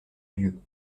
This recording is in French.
lieu